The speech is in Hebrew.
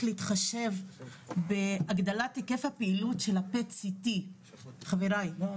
להתחשב בהגדלת היקף הפעילות של ה-PET CT. חבריי,